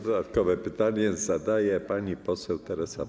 Dodatkowe pytanie zadaje pani poseł Teresa Pamuła.